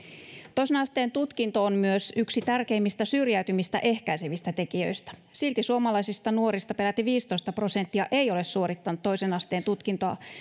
toisen asteen tutkinto on myös yksi tärkeimmistä syrjäytymistä ehkäisevistä tekijöistä silti suomalaisista nuorista peräti viisitoista prosenttia ei ole suorittanut toisen asteen tutkintoa